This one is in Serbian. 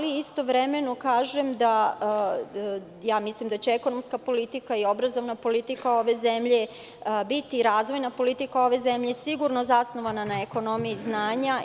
Istovremeno, mislim da će ekonomska politika, obrazovna politika ove zemlje biti razvojna politika ove zemlje i sigurno zasnovana na ekonomiji znanja.